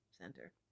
center